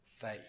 faith